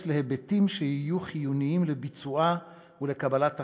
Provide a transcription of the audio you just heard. להיבטים שיהיו חיוניים לביצועה ולקבלת הכרעה.